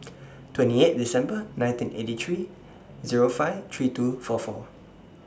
twenty eight December nineteen eighty three Zero five three two four four